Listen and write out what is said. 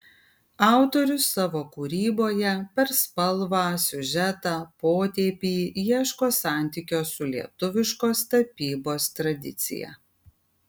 autorius savo kūryboje per spalvą siužetą potėpį ieško santykio su lietuviškos tapybos tradicija